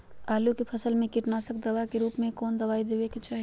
आलू के फसल में कीटनाशक दवा के रूप में कौन दवाई देवे के चाहि?